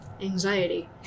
anxiety